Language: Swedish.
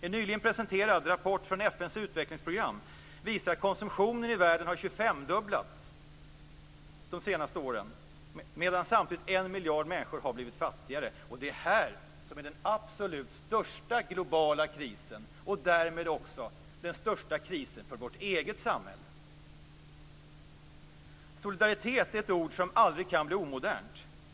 En nyligen presenterad rapport från FN:s utvecklingsprogram visar att konsumtionen i världen har fördubblats på 25 år, samtidigt som 1 miljard människor har blivit fattigare. Detta är den absolut största globala krisen och därmed också den största krisen för vårt eget samhälle. Solidaritet är ett ord som aldrig kan bli omodernt.